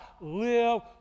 live